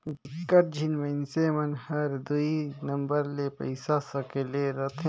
बिकट झिन मइनसे मन हर दुई नंबर ले पइसा सकेले रिथे